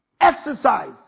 Exercise